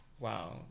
wow